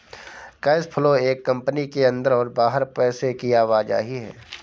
cash flow एक company के अंदर और बाहर पैसे की आवाजाही है